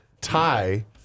tie